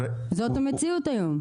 זאת המציאות היום.